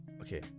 okay